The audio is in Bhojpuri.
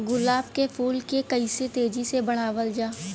गुलाब क फूल के कइसे तेजी से बढ़ावल जा?